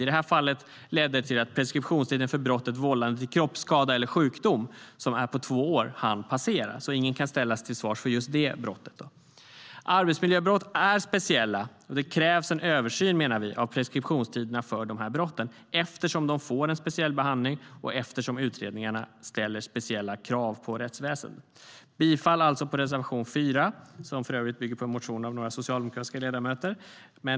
I det här fallet ledde det till att preskriptionstiden för brottet vållande till kroppsskada eller sjukdom, som är på två år, hann passera. Alltså kan ingen ställas till svars för just det brottet. Arbetsmiljöbrott är speciella. Det krävs en översyn av preskriptionstiderna för brotten, eftersom de får en speciell behandling och eftersom utredningarna ställer speciella krav på rättsväsendet. Jag yrkar alltså bifall till reservation 4, som för övrigt bygger på en motion av några socialdemokratiska ledamöter.